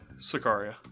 Sicaria